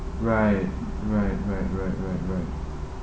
right right right right right right